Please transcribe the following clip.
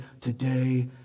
today